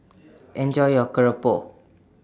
Enjoy your Keropok